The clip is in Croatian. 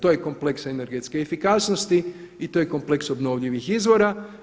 To je kompleks energetske efikasnosti i to je kompleks obnovljivih izvora.